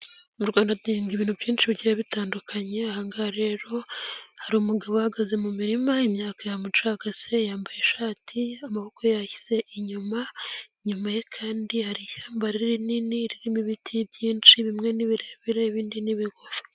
Mu Rwanda duhinga ibintu byinshi bigiye bitandukanye, ahanga rero hari umugabo uhagaze mu mirima imyaka yamucagase, yambaye ishati amaboko yashyize inyuma inyuma, ye kandi hari ishyamba rinini ririmo ibiti byinshi bimwe nibirebire ibindi n'ibigufi.